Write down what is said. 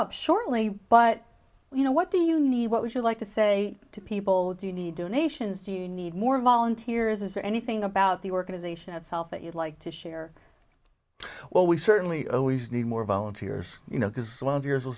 up shortly but you know what do you need what would you like to say to people do you need donations do you need more volunteers is there anything about the organization itself that you'd like to share well we certainly always need more volunteers you know because one of yours will